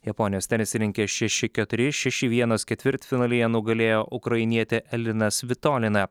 japonijos tenisininkė šeši keturi šeši vienas ketvirtfinalyje nugalėjo ukrainietę eliną svitoliną